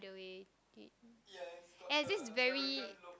way and it is very